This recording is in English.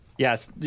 Yes